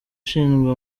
ushinzwe